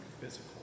physical